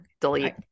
Delete